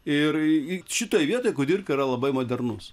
ir šitoj vietoj kudirka yra labai modernus